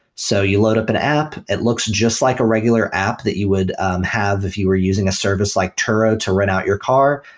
so you load up and app, it looks just like a regular app that you would have if you were using a service like turo to rent out your car,